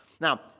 Now